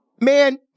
Man